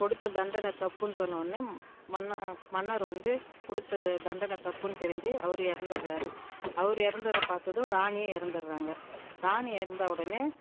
கொடுத்த தண்டனை தப்புன்னு சொன்னவொடனே மன்னர் மன்னர் வந்து கொடுத்த தண்டனை தப்புன்னு தெரிஞ்சு அவர் இறந்துட்றாரு அவர் இறந்தத பார்த்ததும் ராணியும் இறந்துட்றாங்க ராணி இறந்த உடனே